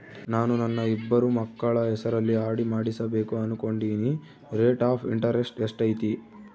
ನಾನು ನನ್ನ ಇಬ್ಬರು ಮಕ್ಕಳ ಹೆಸರಲ್ಲಿ ಆರ್.ಡಿ ಮಾಡಿಸಬೇಕು ಅನುಕೊಂಡಿನಿ ರೇಟ್ ಆಫ್ ಇಂಟರೆಸ್ಟ್ ಎಷ್ಟೈತಿ?